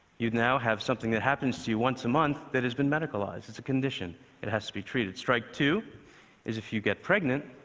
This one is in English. you now have something that happens to you once a month that has been medicalized. it's a condition it has to be treated. strike two is if you get pregnant.